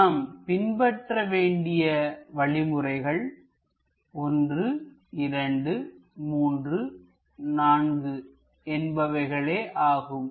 நாம் பின்பற்ற வேண்டிய வழிமுறைகள் 1234 என்பவைகளே ஆகும்